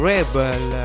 Rebel